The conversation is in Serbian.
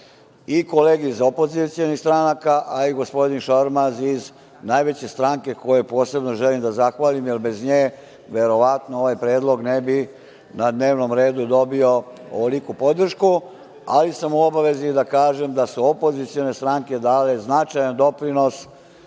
i kolege iz opozicionih stranaka, a i gospodin Šormaz iz najveće stranke kojoj posebno želim da zahvalim, jer bez nje verovatno ovaj predlog ne bi na dnevnom redu dobio ovoliku podršku. Ali, u obavezi sam da kažem da su opozicione stranke dale značajan doprinos